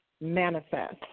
manifest